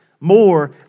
More